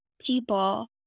people